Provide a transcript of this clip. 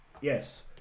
yes